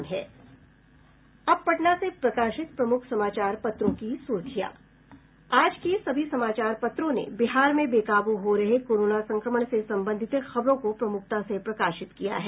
अब पटना से प्रकाशित प्रमुख समाचार पत्रों की सुर्खियां आज के सभी समाचार पत्रों ने बिहार में बेकाबू हो रहे कोरोना संक्रमण से संबंधित खबरों को प्रमुखता से प्रकाशित किया है